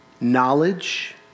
knowledge